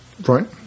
Right